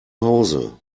hause